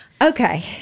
Okay